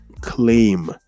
claim